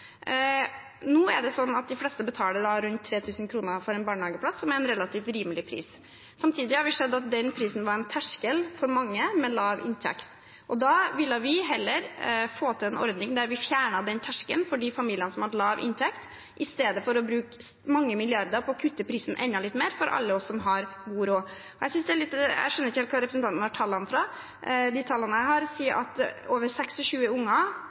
Nå er det sånn at de fleste betaler rundt 3 000 kr for en barnehageplass, som er en relativt rimelig pris. Samtidig har vi sett at den prisen var en terskel for mange med lav inntekt. Da ville vi heller få til en ordning der vi fjernet den terskelen for familiene som har lav inntekt, istedenfor å bruke mange milliarder på å kutte prisen enda litt mer for alle oss som har god råd. Jeg skjønner ikke helt hvor representanten har tallene fra. De tallene jeg har, sier at over 26 000 unger